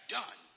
done